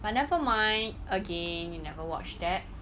but nevermind again you never watch that